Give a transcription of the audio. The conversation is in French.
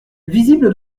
visible